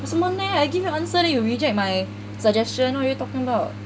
什么 meh I give you answer you reject my suggestion what are you talking about